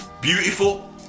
Beautiful